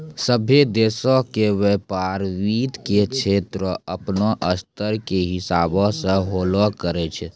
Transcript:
सभ्भे देशो के व्यपार वित्त के क्षेत्रो अपनो स्तर के हिसाबो से होलो करै छै